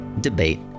debate